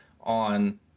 on